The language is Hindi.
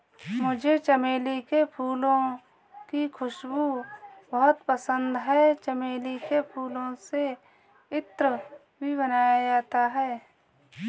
मुझे चमेली के फूलों की खुशबू बहुत पसंद है चमेली के फूलों से इत्र भी बनाया जाता है